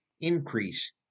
increase